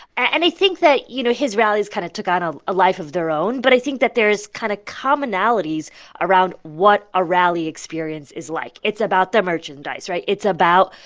and i think that, you know, his rallies kind of took on ah a life of their own but i think that there's kind of commonalities around what a rally experience is like. it's about the merchandise, right? it's about,